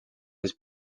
has